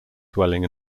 dwelling